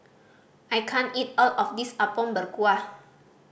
I can't eat all of this Apom Berkuah